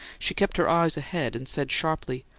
she kept her eyes ahead, and said sharply,